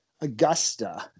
Augusta